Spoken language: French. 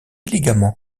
élégamment